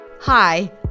Hi